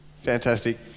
Fantastic